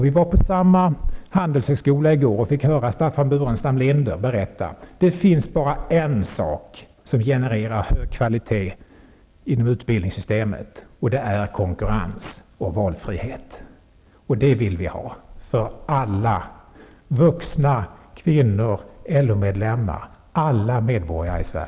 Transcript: Vi var på Handelshögskolan i går och fick höra Staffan Burenstam Linder berätta att det finns bara en sak som genererar hög kvalitet inom utbildningsväsendet, och det är konkurrens och valfrihet. Det vill vi ha för alla -- vuxna, kvinnor,